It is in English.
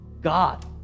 God